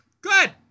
Good